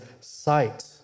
sight